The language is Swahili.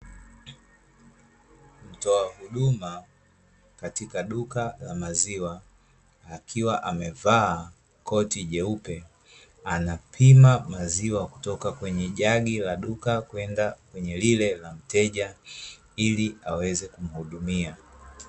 Mtoa huduma katika duka la maziwa, akiwa amevaa koti jeupe, anapima maziwa kutoka kwenye jagi la duka kwenda kwenye lile la mteja, ili aweze kumuhudumia.